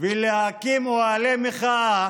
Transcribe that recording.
ולהקים אוהלי מחאה